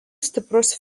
stiprus